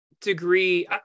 degree